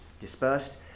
dispersed